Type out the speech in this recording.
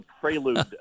prelude